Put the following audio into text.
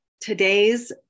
today's